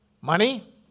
Money